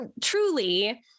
truly